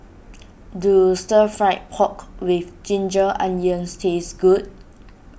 do Stir Fried Pork with Ginger Onions taste good